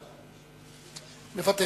מוותר.